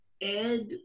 Ed